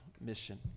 mission